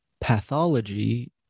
pathology